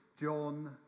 John